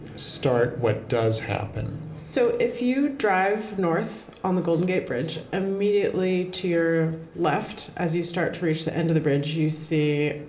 start what does happen so if you drive north on the golden gate bridge immediately to your left, as you start to reach the end of the bridge, you see